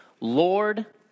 Lord